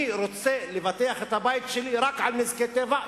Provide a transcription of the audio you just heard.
אני רוצה לבטח את הבית שלי רק על נזקי טבע.